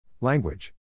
Language